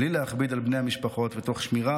בלי להכביד על בני המשפחות ותוך שמירה,